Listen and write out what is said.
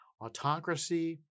autocracy